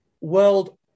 world